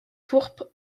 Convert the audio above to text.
pourpres